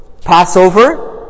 Passover